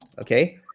Okay